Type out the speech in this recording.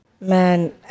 Man